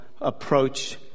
approach